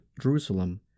Jerusalem